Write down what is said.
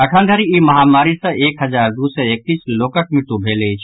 अखन धरि ई महामारी सँ एक हजार दू सय एकैस लोकक मृत्यु भेल अछि